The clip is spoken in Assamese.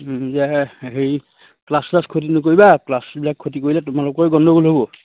যে হেৰি ক্লাছ ট্লাছ খতি নকৰিবা ক্লাছবিলাক ক্ষতি কৰিলে তোমালোকৰে গণ্ডগোল হ'ব